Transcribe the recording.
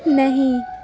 نہیں